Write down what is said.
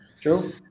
true